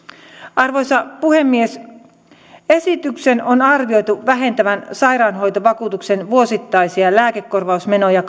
arvoisa puhemies esityksen on arvioitu vähentävän sairaanhoitovakuutuksen vuosittaisia lääkekorvausmenoja